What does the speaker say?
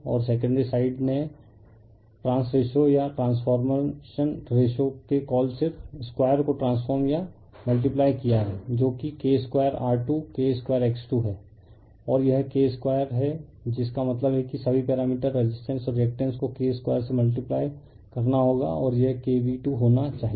और secondary side ने turns ratio या ट्रांसफॉर्मेशन रेशो के कॉल सिर्फ 2 को ट्रांसफॉर्म या मल्टीप्लाइ किया है जो कि K 2R2 K 2X2 है और यह K 2 है जिसका मतलब है कि सभी पैरामीटर रेसिस्टेंस और रिएक्टेंस को K 2 से मल्टीप्लाइ करना होगा और यह K V2 होना चाहिए